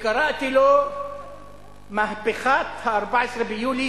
וקראתי לו "מהפכת ה-14 ביולי?",